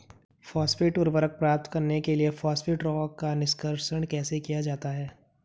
Phosphate उर्वरक प्राप्त करने के लिए फॉस्फेट रॉक का निष्कर्षण कैसे किया जाता है?